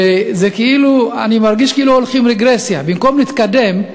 ואני מרגיש כאילו הולכים ברגרסיה במקום להתקדם,